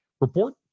report